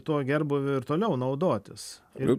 tuo gerbūviu ir toliau naudotis ir